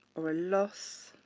or a loss